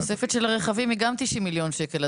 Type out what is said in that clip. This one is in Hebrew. גם תוספת של הרכבים היא 90 מיליון שקלים.